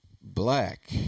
black